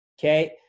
Okay